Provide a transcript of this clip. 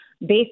based